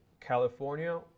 California